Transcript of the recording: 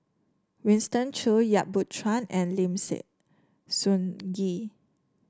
Winston Choo Yap Boon Chuan and Lim Sun Gee